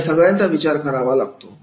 या सगळ्याचा विचार करावा लागतो